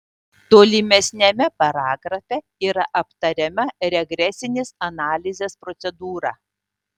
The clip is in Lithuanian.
tolimesniame paragrafe yra aptariama regresinės analizės procedūra